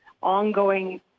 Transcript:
ongoing